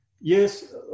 yes